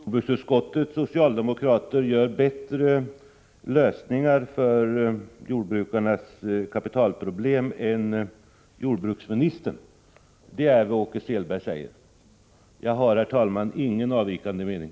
Herr talman! Jordbruksutskottets socialdemokrater har bättre lösningar på jordbrukarnas kapitalproblem än jordbruksministern. Det är vad Åke Selberg säger. Jag har, herr talman, ingen avvikande mening.